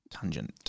Tangent